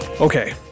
Okay